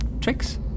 tricks